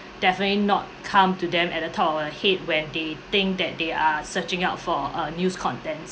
definitely not come to them at the top of their head when they think that they are searching out for uh news contents